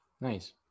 Nice